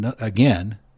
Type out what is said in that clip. again